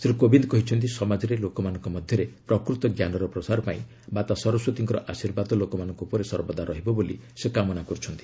ଶ୍ରୀ କୋବିନ୍ଦ କହିଛନ୍ତି ସମାଜରେ ଲୋକମାନଙ୍କ ମଧ୍ୟରେ ପ୍ରକୂତ ଜ୍ଞାନର ପ୍ରସାର ପାଇଁ ମାତା ସରସ୍ୱତୀଙ୍କର ଆଶୀର୍ବାଦ ଲୋକମାନଙ୍କ ଉପରେ ସର୍ବଦା ରହିବ ବୋଲି ସେ କାମନା କରୁଛନ୍ତି